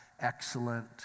excellent